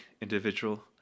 individual